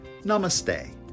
Namaste